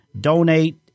donate